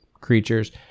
creatures